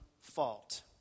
fault